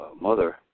Mother